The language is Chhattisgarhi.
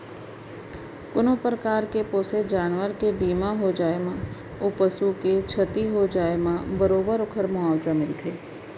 कोनों परकार के पोसे जानवर के बीमा हो जाए म ओ पसु के छति हो जाए म बरोबर ओकर मुवावजा मिलथे